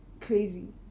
crazy